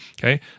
Okay